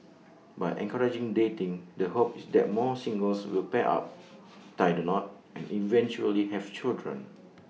by encouraging dating the hope is that more singles will pair up tie the knot and eventually have children